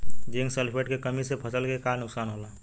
Zinc sulphate के कमी से फसल के का नुकसान होला?